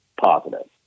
positive